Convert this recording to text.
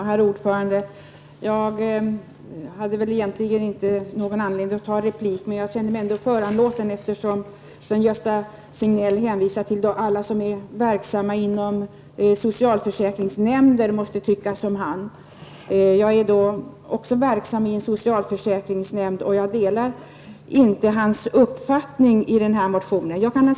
Herr talman! Egentligen hade jag inte någon anledninga att begära replik, men jag kände mig ändå föranlåten att göra det eftersom Sven-Gösta Signell hänvisar till att alla som är verksamma inom socialförsäkringsnämnder måste tycka som han. Jag är också verksam i en socialförsäkringsnämnd, och jag delar inte den uppfattning som han för fram i den här motionen.